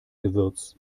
gewürz